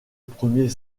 premier